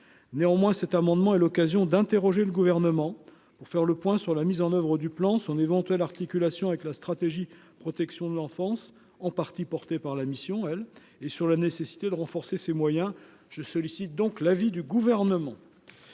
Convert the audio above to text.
néanmoins cet amendement à l'occasion d'interroger le gouvernement pour faire le point sur la mise en oeuvre du plan, son éventuelle articulation avec la stratégie, protection de l'enfance en partie porté par la mission, elle est sur la nécessité de renforcer ses moyens je sollicite donc l'avis du gouvernement